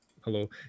Hello